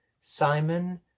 Simon